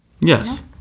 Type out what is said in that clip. Yes